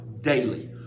daily